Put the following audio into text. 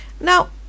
Now